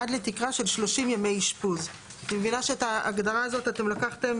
עד לתקרה של 30 ימי אשפוז; אני מבינה שאת ההגדרה הזאת אתם לקחתם